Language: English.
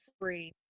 free